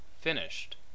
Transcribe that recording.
finished